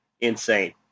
insane